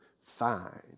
fine